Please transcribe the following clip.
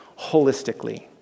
holistically